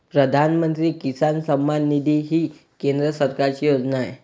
प्रधानमंत्री किसान सन्मान निधी ही केंद्र सरकारची योजना आहे